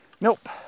Nope